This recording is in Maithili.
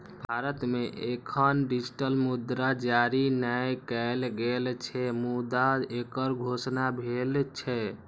भारत मे एखन डिजिटल मुद्रा जारी नै कैल गेल छै, मुदा एकर घोषणा भेल छै